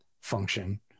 function